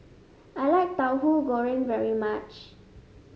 I like Tauhu Goreng very much